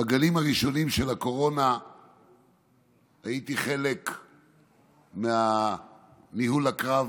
בגלים הראשונים של הקורונה הייתי חלק מניהול הקרב,